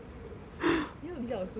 you know what 李老师 tell me